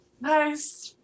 Nice